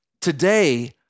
today